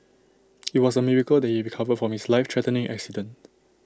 IT was A miracle that he recovered from his life threatening accident